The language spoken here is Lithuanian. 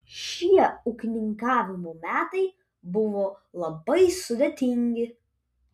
šie ūkininkavimo metai buvo labai sudėtingi